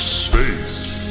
space